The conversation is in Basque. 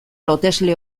lotesle